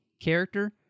character